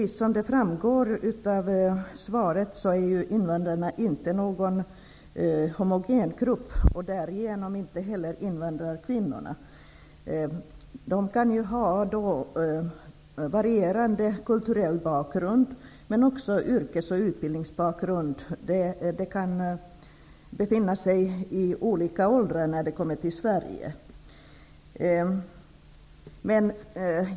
Som framgår av svaret är inte invandrarna, och således inte invandrarkvinnorna, en homogen grupp. Invandrarkvinnorna kan ju ha varierande kulturell bakgrund. De kan också ha olika bakgrund beträffande yrke och utbildning. Dessutom kan de här kvinnorna ha varit olika gamla när de kom till Sverige.